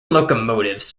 locomotives